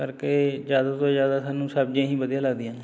ਕਰਕੇ ਜ਼ਿਆਦਾ ਤੋਂ ਜ਼ਿਆਦਾ ਸਾਨੂੰ ਸਬਜ਼ੀਆਂ ਹੀ ਵਧੀਆ ਲੱਗਦੀਆਂ ਨੇ